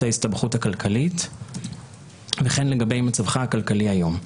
ההסתבכות הכלכלית וכן לגבי מצבך הכלכלי כיום.